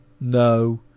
no